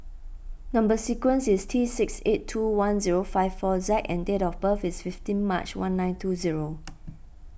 Number Sequence is T six eight two one zero five four Z and date of birth is fifteen March one nine two zero